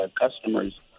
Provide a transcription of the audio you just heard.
customers